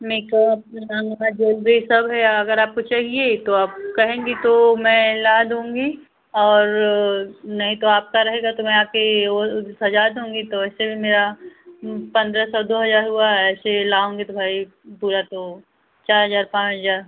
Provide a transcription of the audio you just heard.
makeup गहना ओहना jewellery सब है अगर आपको चाहिए तो आप कहेंगी तो मैं ला दूँगी और नहीं तो आपका रहेगा तो मैं आकर यह वह सजा दूँगी तो वैसे भी मेरा पन्द्रह सौ दो हज़ार हुआ है ऐसे लाऊँगी तो भाई पूरा तो चार हज़ार पाँच हज़ार